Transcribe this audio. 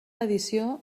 edició